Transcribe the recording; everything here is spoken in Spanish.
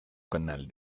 canal